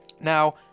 Now